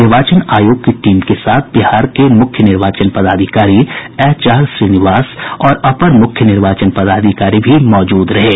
निर्वाचन आयोग की टीम के साथ बिहार के मुख्य निर्वाचन पदाधिकारी एचआर श्रीनिवास और अपर मुख्य निर्वाचन पदाधिकारी भी मौजूद थे